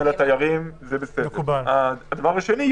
הדבר השני,